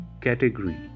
category